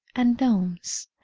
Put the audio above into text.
and gnomes.